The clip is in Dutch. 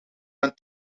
dan